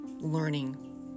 learning